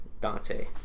Dante